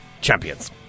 champions